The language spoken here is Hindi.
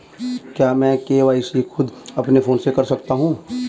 क्या मैं के.वाई.सी खुद अपने फोन से कर सकता हूँ?